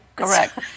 Correct